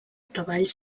treball